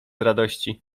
radości